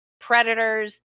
Predators